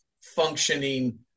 functioning